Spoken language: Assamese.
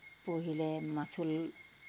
পঢ়িলে মাচুল